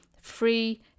free